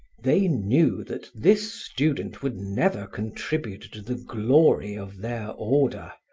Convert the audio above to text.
they knew that this student would never contribute to the glory of their order,